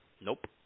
Nope